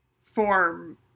form